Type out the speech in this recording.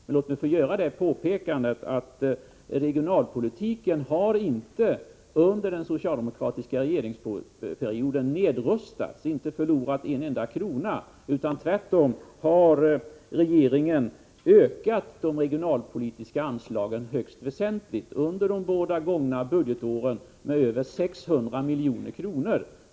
Låt mig bara få göra det påpekandet att regionalpolitiken under den socialdemokratiska perioden inte har nedrustats — inte förlorat en enda krona. Tvärtom har regeringen ökat de regionalpolitiska anslagen högst väsentligt under de båda gångna budgetåren, med över 600 milj.kr.